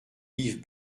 yves